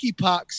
monkeypox